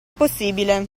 possibile